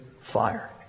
fire